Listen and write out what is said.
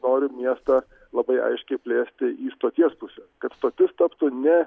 norim miestą labai aiškiai plėsti į stoties pusę kad stotis taptų ne